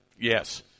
Yes